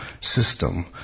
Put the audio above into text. system